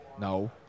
no